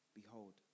behold